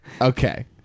Okay